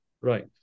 Right